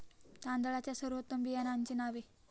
तांदळाच्या सर्वोत्तम बियाण्यांची नावे?